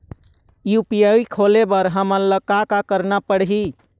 UPI खोले बर हमन ला का का करना पड़ही?